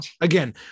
Again